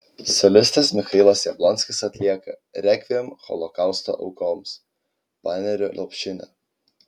solistas michailas jablonskis atlieka rekviem holokausto aukoms panerių lopšinę